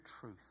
truth